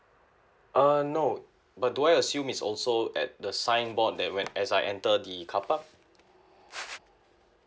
uh no but do I assume is also at the signboard that when as I enter the carpark